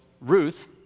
Ruth